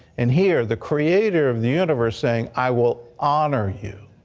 and here the creator of the universe saying, i will honor you.